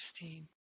Christine